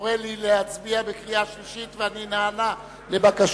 מורה לי להצביע בקריאה השלישית, ואני נענה לבקשתו.